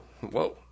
whoa